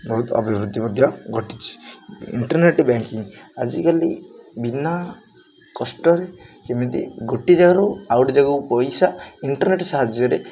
ବହୁତ ଅଭିବୃଦ୍ଧି ମଧ୍ୟ ଘଟିଛି ଇଣ୍ଟରନେଟ ବ୍ୟାଙ୍କିଂ ଆଜିକାଲି ବିନା କଷ୍ଟରେ କେମିତି ଗୋଟେ ଜାଗାରୁ ଆଉ ଗୋଟେ ଜାଗାକୁ ପଇସା ଇଣ୍ଟରନେଟ ସାହାଯ୍ୟରେ